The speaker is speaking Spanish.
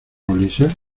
ulises